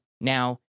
Now